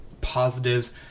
positives